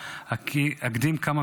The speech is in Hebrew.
כבודו,